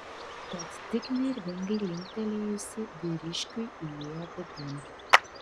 tad tik nervingai linktelėjusi vyriškiui įėjo vidun